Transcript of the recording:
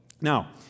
Now